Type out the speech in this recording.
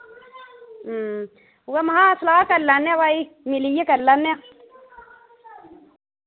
उऐ महा सलाह् कर लैन्ने आं भाई मिल्लियै कर लैन्ने आं